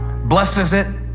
blesses it.